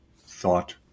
thought